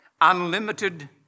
unlimited